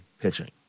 pitching